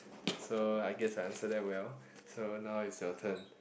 so I guess I answered that well so now is your turn